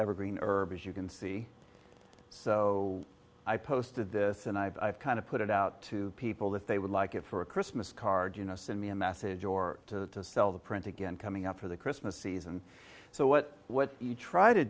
evergreen herbs you can see so i posted this and i've kind of put it out to people that they would like it for a christmas card you know send me a message or to sell the print again coming up for the christmas season so what you try to